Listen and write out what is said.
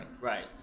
right